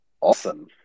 Awesome